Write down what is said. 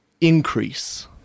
increase